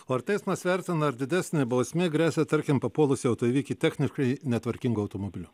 o ar teismas vertina ar didesnė bausmė gresia tarkim papuolus į autoįvykį techniškai netvarkingu automobiliu